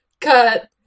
Cut